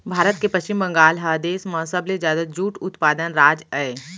भारत के पस्चिम बंगाल ह देस म सबले जादा जूट उत्पादक राज अय